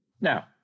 Now